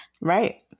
Right